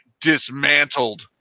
dismantled